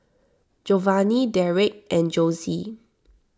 Jovanny Derrek and Jossie